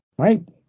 Right